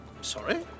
Sorry